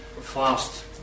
fast